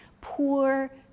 poor